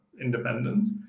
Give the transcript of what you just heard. independence